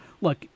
look